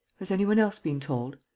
has any one else been told?